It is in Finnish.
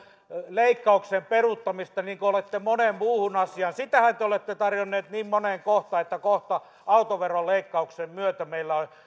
leikkauksen peruuttamista niin kuin olette moneen muuhun asiaan sitähän te olette tarjonneet niin moneen kohtaan että kohta autoveron leikkauksen